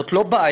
זאת לא בעיה,